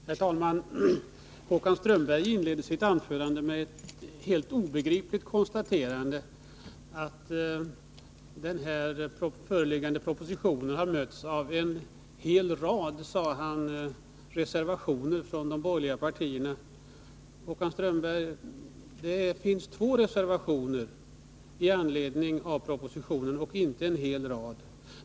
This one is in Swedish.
Herr talman! Håkan Strömberg inledde sitt anförande med ett helt obegripligt konstaterande, nämligen att den föreliggande propositionen har mötts av ”en hel rad” reservationer från de borgerliga partierna. Det finns, Håkan Strömberg, två reservationer med anledning av propositionen och inte ”en hel rad”.